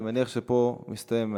אני מניח שפה יסתיים הדיון.